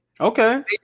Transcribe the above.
Okay